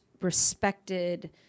respected